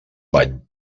bany